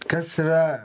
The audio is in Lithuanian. kas yra